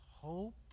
hope